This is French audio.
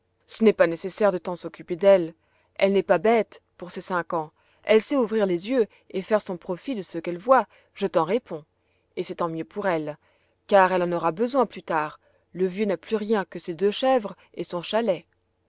ce n'est pas nécessaire de tant s'occuper d'elle elle n'est pas bête pour ses cinq ans elle sait ouvrir les yeux et faire son profit de ce qu'elle voit je t'en réponds et c'est tant mieux pour elle car elle en aura besoin plus tard le vieux n'a plus rien que ses deux chèvres et son chalet